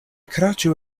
kraĉu